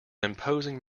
imposing